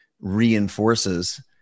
reinforces